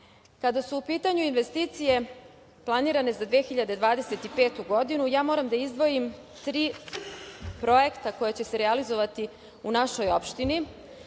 su u pitanju investicije planirane za 2025. godinu, ja moram da izdvojim tri projekta koja će se realizovati u našoj opštini,